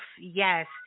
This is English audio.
yes